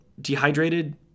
dehydrated